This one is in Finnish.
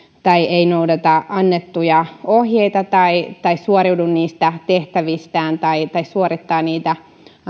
tai ei noudata annettuja ohjeita tai tai suoriudu niistä tehtävistään tai tai suorittaa niitä